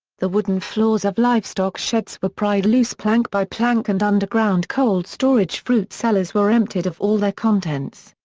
the wooden floors of livestock sheds were pried loose plank by plank and underground cold storage fruit cellars were emptied of all their contents.